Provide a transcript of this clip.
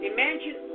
Imagine